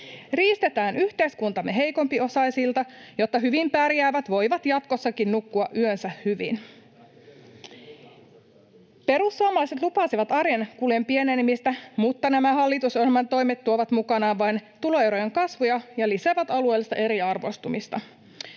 Riistetään yhteiskuntamme heikompiosaisilta, jotta hyvin pärjäävät voivat jatkossakin nukkua yönsä hyvin. Perussuomalaiset lupasivat arjen kulujen pienenemistä, mutta nämä hallitusohjelman toimet tuovat mukanaan vain tuloerojen kasvuja ja lisäävät alueellista eriarvoistumista.